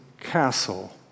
castle